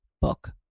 book